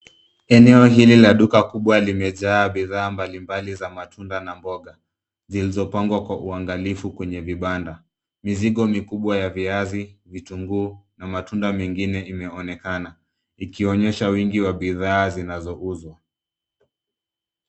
Eneo hili la duka kubwa limejaa bidhaa mbalimbali za matunda na mboga, zilizopangwa kwa uangalifu kwenye vibanda. Mizigo mikubwa ya viazi, vitunguu na matunda mengine imeonekana , ikionyesha wingi wa bidhaa zinazouzwa.